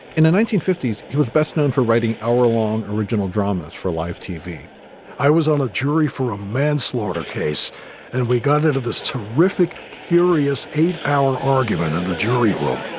in the nineteen fifty s, he was best known for writing hourlong original dramas for life tv i was on a jury for a manslaughter case and we got into this terrific, serious eight hour argument in the jury room